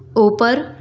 ऊपर